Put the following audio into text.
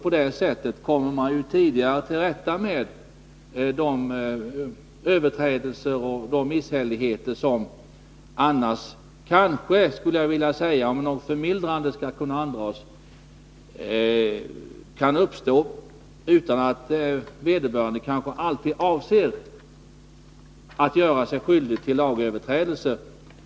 På det sättet kommer man tidigare till rätta med de överträdelser och de misshälligheter som annars — kanske, skulle jag vilja säga, om något 51 förmildrande skall andras — kan uppstå utan att vederbörande avser att göra sig skyldig till lagöverträdelse.